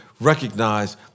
recognize